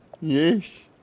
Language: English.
Yes